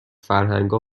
فرهنگها